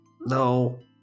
No